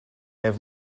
have